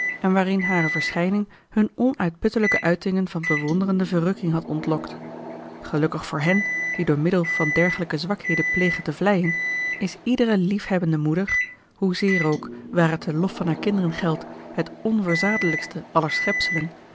en waarin hare verschijning hun onuitputtelijke uitingen van bewonderende verrukking had ontlokt gelukkig voor hen die door middel van dergelijke zwakheden plegen te vleien is iedere liefhebbende moeder hoezeer ook waar het den lof van haar kinderen geldt het